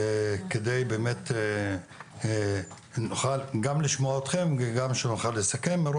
על מנת באמת גם לשמוע אתכם וגם שנוכל לסכם.